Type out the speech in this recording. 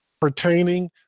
Pertaining